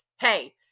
hey